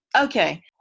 okay